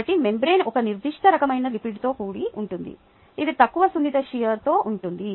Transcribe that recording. కాబట్టి మెంబ్రేన్ ఒక నిర్దిష్ట రకమైన లిపిడ్లతో కూడి ఉంటుంది ఇది తక్కువ సున్నిత షియర్తో ఉంటుంది